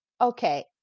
okay